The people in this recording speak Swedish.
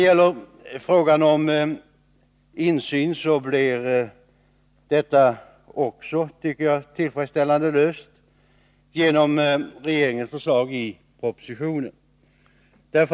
Också frågan om insyn blir tillfredsställande löst genom regeringens förslag i propositionen.